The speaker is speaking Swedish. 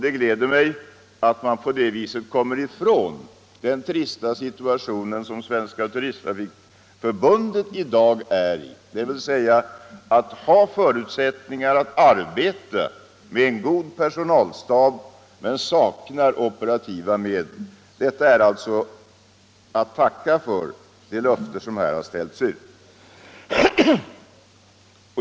Det gläder mig att man på det sättet kommer ifrån den trista situation som Svenska turisttrafikförbundet i dag befinner sig i, dvs. att ha goda förutsättningar att arbeta med en bra personalstab men sakna kooperativa medel. Jag tackar alltså för det löfte som har ställts ut.